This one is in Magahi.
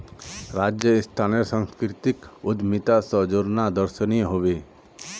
राजस्थानेर संस्कृतिक उद्यमिता स जोड़ना दर्शनीय ह बे